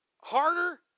harder